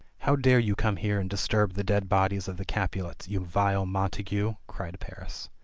how dare you come here and disturb the dead bodies of the capulets, you vile montagu! cried paris.